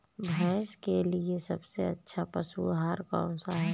भैंस के लिए सबसे अच्छा पशु आहार कौनसा है?